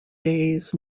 days